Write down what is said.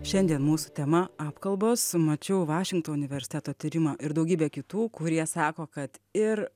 šiandien mūsų tema apkalbos mačiau vašingtono universiteto tyrimą ir daugybę kitų kurie sako kad ir